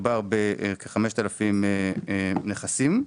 ובהם מדובר על כ-5,000 נכסים,